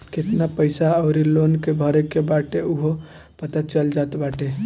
केतना पईसा अउरी लोन के भरे के बाटे उहो पता चल जात बाटे